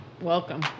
Welcome